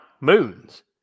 moons